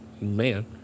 man